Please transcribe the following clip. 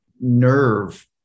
nerve